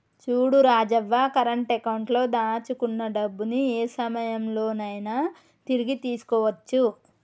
చూడు Rajavva current account లో దాచుకున్న డబ్బుని ఏ సమయంలో నైనా తిరిగి తీసుకోవచ్చు